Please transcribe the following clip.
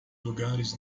lugares